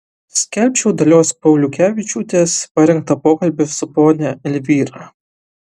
skelbčiau dalios pauliukevičiūtės parengtą pokalbį su ponia elvyra